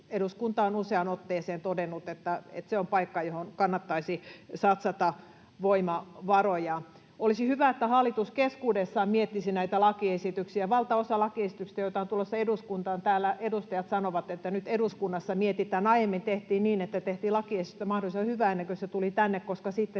eduskunta on useaan otteeseen todennut, että se on paikka, johon kannattaisi satsata voimavaroja. Olisi hyvä, että hallitus keskuudessaan miettisi näitä lakiesityksiä. Valtaosasta lakiesityksistä, joita on tulossa eduskuntaan, täällä edustajat sanovat, että nyt eduskunnassa mietitään. Aiemmin tehtiin niin, että tehtiin lakiesityksestä mahdollisimman hyvä, ennen kuin se tuli tänne, koska sitten